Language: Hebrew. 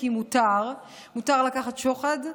כי מותר לקחת שוחד,